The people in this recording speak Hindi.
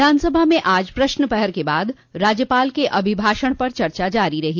विधानसभा में आज प्रश्नप्रहर के बाद राज्यपाल के अभिभाषण पर चर्चा जारी रही